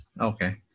Okay